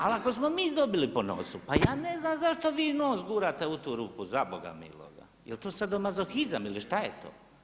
Ali ako smo mi dobili po nosu, pa ja ne znam zašto vi nos gurate u tu rupu, za Boga miloga, je li to sadomazohizam ili šta je to?